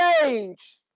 change